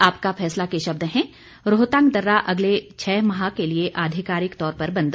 आपका फैसला के शब्द हैं रोहतांग दर्रा अगले छह माह के लिए अधिकारिक तौर पर बंद